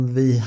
vi